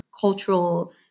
cultural